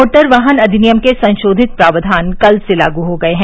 motor वाहन अधिनियम के संशोधित प्रावधान कल से लागू हो गये हैं